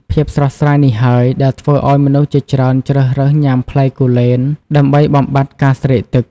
ភាពស្រស់ស្រាយនេះហើយដែលធ្វើឲ្យមនុស្សជាច្រើនជ្រើសរើសញ៉ាំផ្លែគូលែនដើម្បីបំបាត់ការស្រេកទឹក។